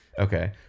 Okay